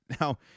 Now